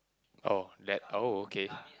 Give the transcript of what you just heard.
oh that oh okay